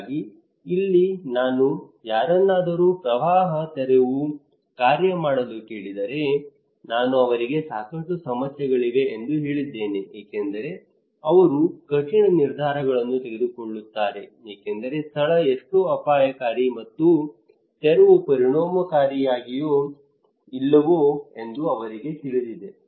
ಹಾಗಾಗಿ ಇಲ್ಲಿ ನಾನು ಯಾರನ್ನಾದರೂ ಪ್ರವಾಹ ತೆರವು ಕಾರ್ಯ ಮಾಡಲು ಕೇಳಿದರೆ ನಾನು ಅವರಿಗೆ ಸಾಕಷ್ಟು ಸಮಸ್ಯೆಗಳಿವೆ ಎಂದು ಹೇಳಿದ್ದೇನೆ ಏಕೆಂದರೆ ಅವರು ಕಠಿಣ ನಿರ್ಧಾರಗಳನ್ನು ತೆಗೆದುಕೊಳ್ಳುತ್ತಾರೆ ಏಕೆಂದರೆ ಸ್ಥಳ ಎಷ್ಟು ಅಪಾಯಕಾರಿ ಮತ್ತು ತೆರವು ಪರಿಣಾಮಕಾರಿಯೋ ಇಲ್ಲವೋ ಎಂದು ಅವರಿಗೆ ತಿಳಿದಿಲ್ಲ